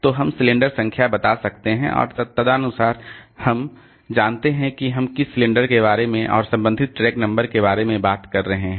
तो हम सिलेंडर संख्या बता सकते हैं और तदनुसार हम जानते हैं कि हम किस सिलेंडर के बारे में और संबंधित ट्रैक नंबर के बारे में बात कर रहे हैं